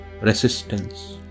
resistance